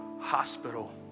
Hospital